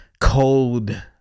cold